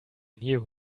knew